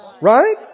Right